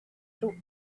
through